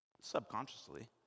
Subconsciously